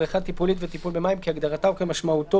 "בריכה טיפולית" ו"טיפול במים" - כהגדרתה וכמשמעותו,